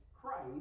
Christ